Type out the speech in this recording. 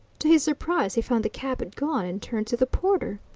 to his surprise he found the cab had gone, and turned to the porter.